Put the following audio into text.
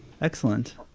Excellent